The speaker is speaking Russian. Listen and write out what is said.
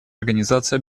организации